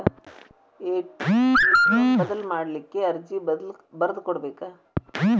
ATM ಬದಲ್ ಮಾಡ್ಲಿಕ್ಕೆ ಅರ್ಜಿ ಬರ್ದ್ ಕೊಡ್ಬೆಕ